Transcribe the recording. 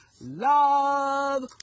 Love